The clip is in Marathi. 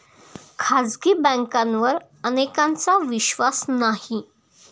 खाजगी बँकांवर अनेकांचा विश्वास नाही